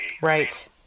Right